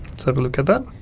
let's have a look at that.